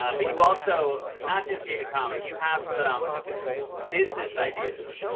um but you also not just via comedy. you have some business ideas.